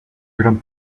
gran